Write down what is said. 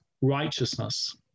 righteousness